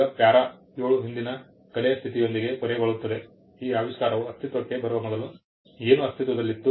ಈಗ ಪ್ಯಾರಾ 7 ಹಿಂದಿನ ಕಲೆಯ ಸ್ಥಿತಿಯೊಂದಿಗೆ ಕೊನೆಗೊಳ್ಳುತ್ತದೆ ಈ ಆವಿಷ್ಕಾರವು ಅಸ್ತಿತ್ವಕ್ಕೆ ಬರುವ ಮೊದಲು ಏನು ಅಸ್ತಿತ್ವದಲ್ಲಿತ್ತು